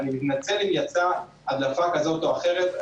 אני מתנצל אם יצאה הדלפה כזו או אחרת,